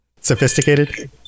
sophisticated